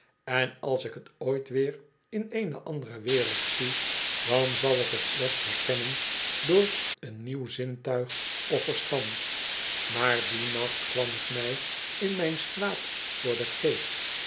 en als ik t ooit weer in eene andere wereld zie dan zal ik t slechts herkennen door een nieuw zintuig of verstand maar dien nacht kwam t mij in mijn slaap voor den geest